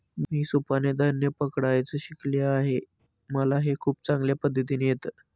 मी सुपाने धान्य पकडायचं शिकले आहे मला हे खूप चांगल्या पद्धतीने येत